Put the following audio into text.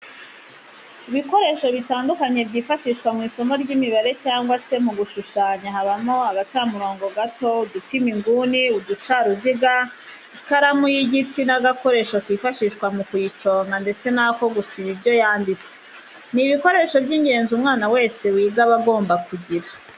Ibikoresho bitandukanye byifashishwa mu isomo ry'imibare cyangwa se mu gushushanya habamo agacamurongo gato, udupima inguni, uducaruziga, ikaramu y'igiti n'agakoresho kifashishwa mu kuyiconga ndetse n'ako gusiba ibyo yanditse. Ni ibikoresho by'ingenzi umwana wese wiga aba agomba kugira.